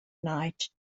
night